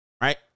right